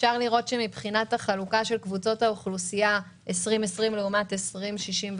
מבחינת החלוקה של קבוצות האוכלוסייה בשנת 2020 לעומת שנת 2065,